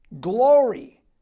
glory